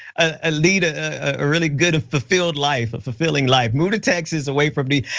a leader, a really good and fulfilled life, a fulfilling life move to texas away from me.